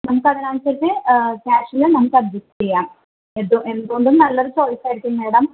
നമുക്കതിനനുസരിച്ച് ക്യാഷിൽ നമുക്കഡ്ജസ്റ്റെ ചെയ്യാം എന്ത് എന്തുകൊണ്ടും നല്ലൊരു ചോയിസായിരിക്കും മേഡം